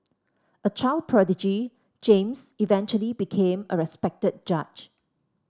a child prodigy James eventually became a respected judge